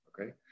okay